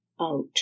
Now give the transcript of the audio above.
Out